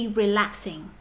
relaxing